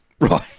Right